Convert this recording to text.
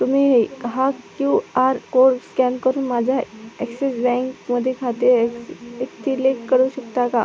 तुम्ही हा Q R code scan करून माझ्या ॲक्सिस बँकमध्ये खाते इतिलेट करू शकता का